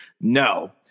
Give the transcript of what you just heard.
No